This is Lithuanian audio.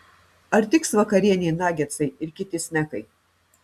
ar tiks vakarienei nagetsai ir kiti snekai